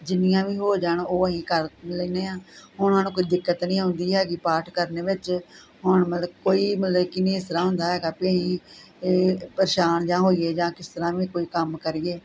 ਜਿੰਨੀਆਂ ਵੀ ਹੋ ਜਾਣ ਉਹ ਅਹੀਂ ਕਰ ਲੈਨੇ ਆਂ ਉਨ੍ਹਾਂ ਨੂੰ ਕੋਈ ਦਿੱਕਤ ਨੀ ਆਉਂਦੀ ਹੈਗੀ ਪਾਠ ਕਰਨੇ ਵਿੱਚ ਹੁਣ ਮਤਲ ਕੋਈ ਮਤਲਬ ਕੀ ਨੀ ਇਸ ਤਰ੍ਹਾਂ ਹੁੰਦਾ ਹੈਗਾ ਪੀ ਪ੍ਰੇਸ਼ਾਨ ਜਾਂ ਹੋਈਏ ਜਾਂ ਕਿਸ ਤਰ੍ਹਾਂ ਵੀ ਕੋਈ ਕੰਮ ਕਰੀਏ